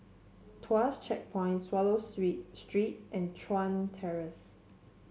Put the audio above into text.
Tuas Checkpoint Swallow Sweet Street and Chuan Terrace